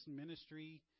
ministry